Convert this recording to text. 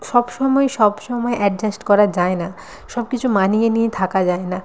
সব সময় সব সময় অ্যাডজাস্ট করা যায় না সব কিছু মানিয়ে নিয়ে থাকা যায় না